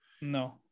No